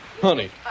Honey